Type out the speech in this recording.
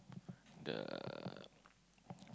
the